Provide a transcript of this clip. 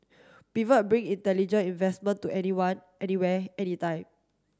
pivot bring intelligent investment to anyone anywhere anytime